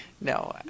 no